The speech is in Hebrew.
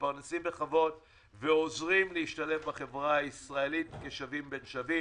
מתפרנסים בכבוד ועוזרים להשתלב בחברה הישראלית כשווים בין שווים.